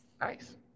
Nice